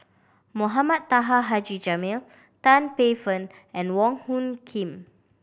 Mohamed Taha Haji Jamil Tan Paey Fern and Wong Hung Khim